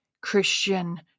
Christian